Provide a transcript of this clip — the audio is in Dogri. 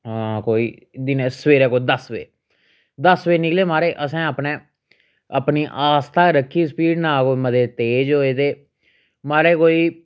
कोई दिनै सवेरै कोई दस बजे दस बजे निकले महाराज असें अपने अपनी आस्ता रक्खी स्पीड नां कोई मते तेज होऐ ते महाराज कोई